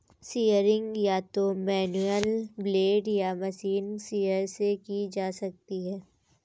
shearing या तो manual blade या मशीन शीयर से की जा सकती है